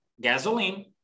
gasoline